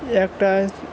একটাই